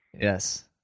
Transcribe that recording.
Yes